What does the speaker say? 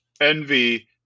Envy